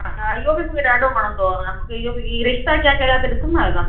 हा हा इहो बि मूंखे ॾाढो वणंदो आहे ऐं मूंखे इहो बि ये रिश्ता क्या कहलाता है ॾिसंदा आहियो तव्हां